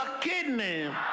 kidney